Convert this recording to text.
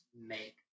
make